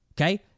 Okay